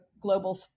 global